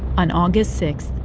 on august six,